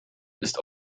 ist